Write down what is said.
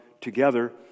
together